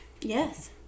Yes